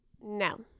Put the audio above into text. No